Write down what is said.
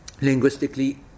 linguistically